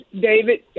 David